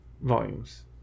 volumes